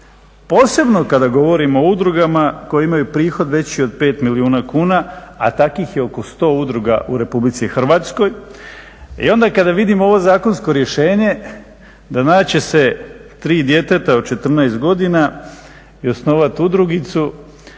posebno kada govorimo o udrugama koje imaju prihod veći od 5 milijuna kuna, a takvih je oko 100 udruga u RH. I onda kada vidimo ovo zakonsko rješenje, da naći će se 3 djeteta od 14 godina i osnovati udrugicu